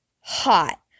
hot